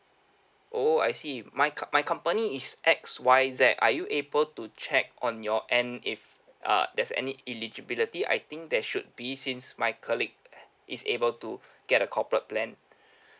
oh I see my co~ my company is X Y Z are you able to check on your end if uh there's any eligibility I think there should be since my colleague is able to get a corporate plan